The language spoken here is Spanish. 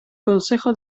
consejo